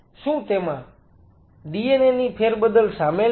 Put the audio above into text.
શું તેમાં DNA ની ફેરબદલ શામેલ છે